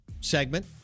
segment